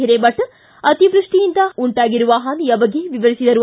ಹಿರೇಮಠ ಅತಿವೃಷ್ಣಿಯಿಂದ ಉಂಟಾಗಿರುವ ಹಾನಿಯ ಬಗ್ಗೆ ವಿವರಿಸಿದರು